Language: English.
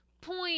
point